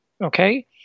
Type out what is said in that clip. okay